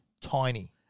Tiny